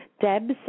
Debs